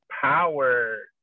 power